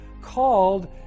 called